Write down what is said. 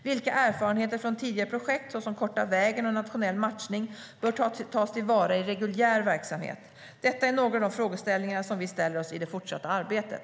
Vilka erfarenheter från tidigare projekt, såsom Korta vägen och Nationell matchning, bör tas till vara i reguljär verksamhet? Det är några av de frågeställningar som vi ställer oss i det fortsatta arbetet.